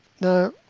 Now